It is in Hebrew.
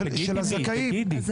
הזכאים.